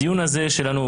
הדיון הזה שלנו,